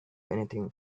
anything